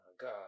god